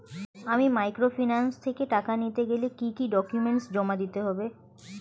আমি মাইক্রোফিন্যান্স থেকে টাকা নিতে গেলে কি কি ডকুমেন্টস জমা দিতে হবে?